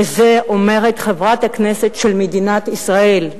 וזה אומרת חברת הכנסת של מדינת ישראל.